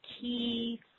key